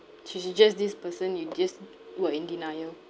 she's uh just this person you just were in denial